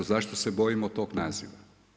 Zašto se bojimo tog naziva?